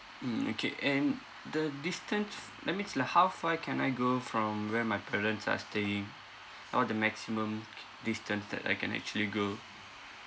mm okay and the distance that means like how far can I go from where my parents are staying or the maximum distance that I can actually go